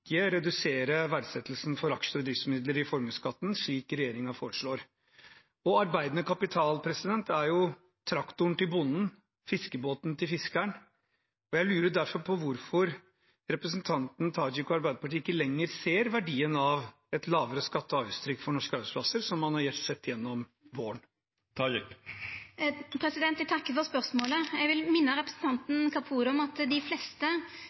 verdsettelsen av aksjer og driftsmidler i formuesskatten, slik regjeringen foreslår. Arbeidende kapital er jo traktoren til bonden og fiskebåten til fiskeren, og jeg lurer derfor på hvorfor representanten Tajik og Arbeiderpartiet ikke lenger ser verdien av et lavere skatte- og avgiftstrykk for norske arbeidsplasser, som man har sett gjennom våren. Eg takkar for spørsmålet. Eg vil minna representanten Kapur om at dei fleste